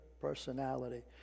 personality